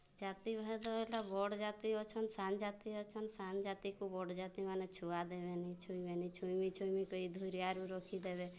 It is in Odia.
ଜାତି ଭେଦ ହେଲା ବଡ଼ ଜାତି ଅଛନ୍ ସାନ୍ ଜାତି ଅଛନ୍ ସାନ୍ ଜାତିକୁ ବଡ଼ ଜାତି ମାନେ ଛୁଆ ଦେବେନି ଛୁଇଁବେନି ଛୁଇଁବି ଛୁଇଁବି କହି ଧରିବାରୁ ରଖି ଦେବେ